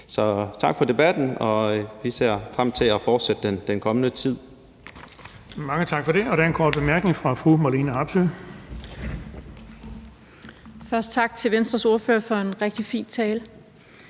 Så tak for debatten, og vi ser frem til at fortsætte den i den kommende tid.